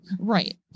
Right